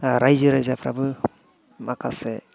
रायजो राजाफ्राबो माखासे